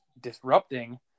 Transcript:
disrupting